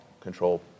control